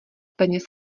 peněz